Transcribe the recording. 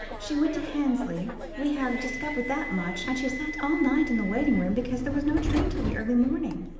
she went to hansley. we have discovered that much, and she sat all night in the waiting-room, because there was no train till the early morning.